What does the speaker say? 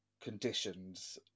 conditions